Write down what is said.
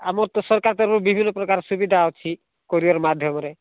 ଆମର ତ ସରକାର ତରଫରୁ ବିଭିନ୍ନ ପ୍ରକାର ସୁବିଧା ଅଛି କୋରିୟର୍ ମାଧ୍ୟମରେ